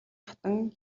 хатан